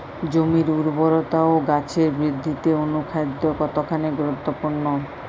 জমির উর্বরতা ও গাছের বৃদ্ধিতে অনুখাদ্য কতখানি গুরুত্বপূর্ণ?